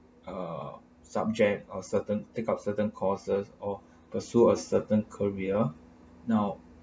uh subject or certain take up certain courses or pursue a certain career now